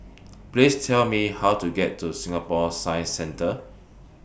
Please Tell Me How to get to Singapore Science Centre